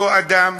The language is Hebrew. אותו אדם,